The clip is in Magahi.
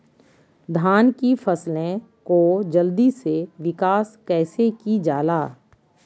धान की फसलें को जल्दी से विकास कैसी कि जाला?